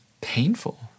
painful